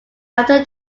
after